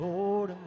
Lord